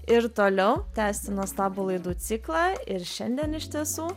ir toliau tęsti nuostabų laidų ciklą ir šiandien iš tiesų